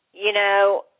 you know,